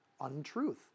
untruth